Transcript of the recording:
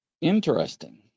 Interesting